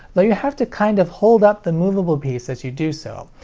though you have to kind of hold up the moveable piece as you do so,